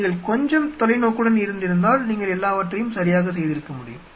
நீங்கள் கொஞ்சம் தொலைநோக்குடன் இருந்திருந்தால் நீங்கள் எல்லாவற்றையும் சரியாகச் செய்திருக்க முடியும்